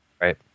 Right